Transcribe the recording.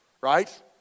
right